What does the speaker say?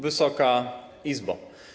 Wysoka Izbo!